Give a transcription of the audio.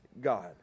God